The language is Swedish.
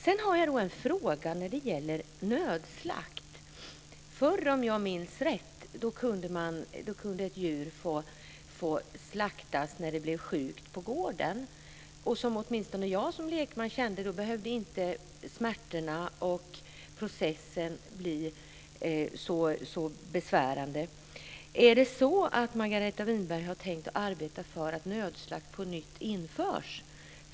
Sedan har jag en fråga när det gäller nödslakt. Om jag minns rätt kunde ett djur förr få slaktas på gården när det blev sjukt. Åtminstone jag som lekman bedömer att smärtorna och processen då inte behövde bli så besvärande. Har Margareta Winberg tänkt arbeta för att nödslakt på nytt ska införas?